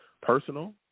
Personal